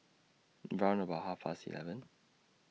round about Half Past eleven